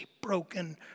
broken